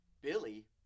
Billy